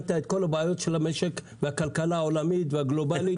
ציינת את כל הבעיות של המשק והכלכלה העולמית והגלובאלית,